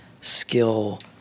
skill